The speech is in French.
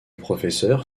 professeur